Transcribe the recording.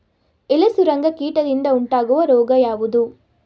ಎಲೆ ಸುರಂಗ ಕೀಟದಿಂದ ಉಂಟಾಗುವ ರೋಗ ಯಾವುದು?